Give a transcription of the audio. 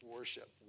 worship